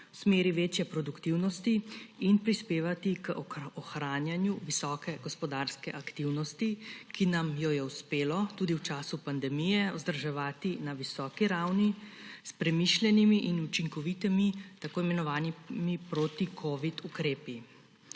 v smeri večje produktivnosti in prispevati k ohranjanju visoke gospodarske aktivnosti, ki nam jo je uspelo tudi v času pandemije vzdrževati na visoki ravni s premišljenimi in učinkovitimi tako imenovanimi proticovidnimi ukrepi.